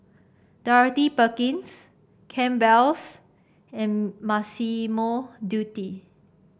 Dorothy Perkins Campbell's and Massimo Dutti